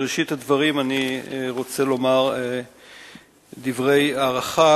בראשית הדברים אני רוצה לומר דברי הערכה